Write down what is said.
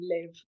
live